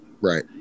Right